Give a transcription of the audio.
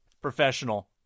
professional